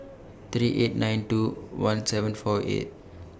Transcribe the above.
three eight nine two one seven four eight